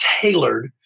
tailored